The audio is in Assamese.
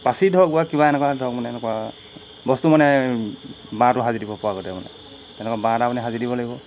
পাচিত ধৰক বা কিবা এনেকুৱা ধৰক মানে এনেকুৱা বস্তু মানে এই বাঁহটো সাজি দিব পৰা গতে মানে এনেকুৱা বাঁহ এটা আপুনি সাজি দিব লাগিব